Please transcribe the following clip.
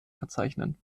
verzeichnen